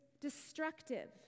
destructive